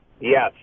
Yes